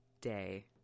day